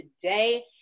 today